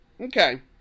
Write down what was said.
Okay